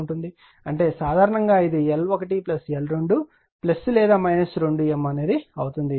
అంటే సాధారణంగా ఇది L1L22M అవుతుంది